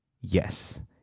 Yes